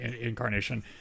incarnation